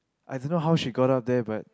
I don't know how she got up there but